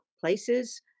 places